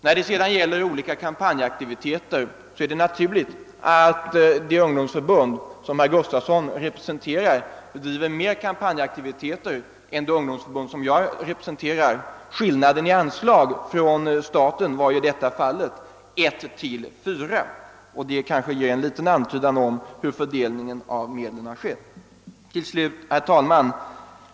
När det gäller olika kampanjaktiviteter är det naturligt att det ungdomsförbund som herr Gustavsson representerar bedriver mer kampanjaktiviteter än det ungdomsförbund jag representerar. Anslagen från staten utgick i detta fall i proportionen ett till fyra, och det kanske ger en liten antydan om hur fördelningen av medlen har skett. Herr talman!